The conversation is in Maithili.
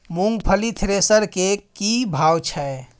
मूंगफली थ्रेसर के की भाव छै?